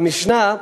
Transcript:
במשנה,